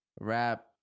rap